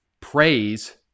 praise